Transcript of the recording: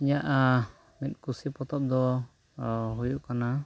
ᱤᱧᱟᱜ ᱢᱤᱫ ᱠᱩᱥᱤ ᱯᱚᱛᱚᱵᱽ ᱫᱚ ᱦᱩᱭᱩᱜ ᱠᱟᱱᱟ